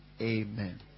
Amen